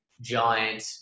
giant